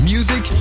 Music